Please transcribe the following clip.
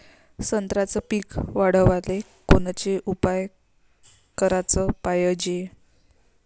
संत्र्याचं पीक वाढवाले कोनचे उपाव कराच पायजे?